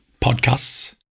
podcasts